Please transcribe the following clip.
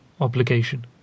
obligation